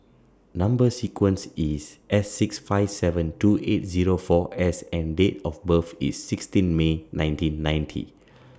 Number sequence IS S six five seven two eight Zero four S and Date of birth IS sixteen May nineteen ninety